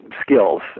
skills